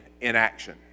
inaction